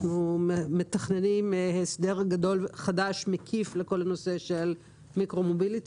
אנחנו מתכננים הסדר גדול חדש מקיף לכל הנושא של מיקרו-מוביליטי,